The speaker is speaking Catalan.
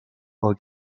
pel